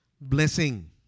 blessing